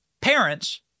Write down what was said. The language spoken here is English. parents